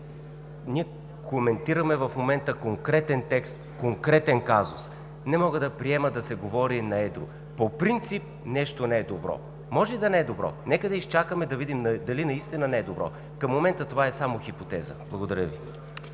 Ние коментираме в момента конкретен текст, конкретен казус. Единственото, което не мога да приема е да се говори на едро, че по принцип нещо не е добро. Може и да не е добро. Нека да изчакаме и да видим дали наистина не е добро. Към момента това е само хипотеза. Благодаря Ви.